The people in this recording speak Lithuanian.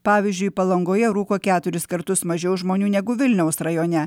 pavyzdžiui palangoje rūko keturis kartus mažiau žmonių negu vilniaus rajone